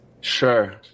Sure